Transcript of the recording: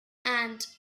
and